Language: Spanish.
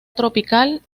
tropical